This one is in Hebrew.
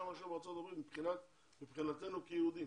מאשר בארצות הברית מבחינתנו כיהודים.